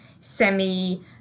semi